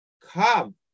come